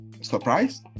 Surprise